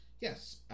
yes